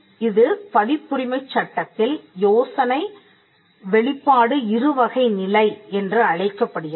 இது பதிப்புரிமைச் சட்டத்தில் யோசனை வெளிப்பாடு இருவகை நிலை என்று அழைக்கப்படுகிறது